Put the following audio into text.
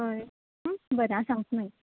हय बरें हांव सांगतां मागीर